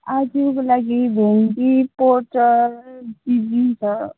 आजको लागि भिन्डी पोटल बीँ छ